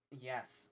yes